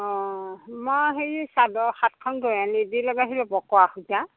অ মই হেৰি চাদৰ সাতখন গৈয়ানি দি লগাইছিলোঁ বকৰা সূতা